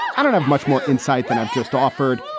i don't have much more insight than i've just offered.